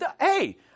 hey